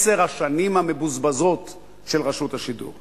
עשר השנים המבוזבזות של רשות השידור.